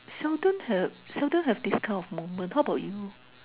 seldom have seldom have this kind of moment how about you